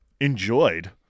enjoyed